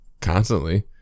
constantly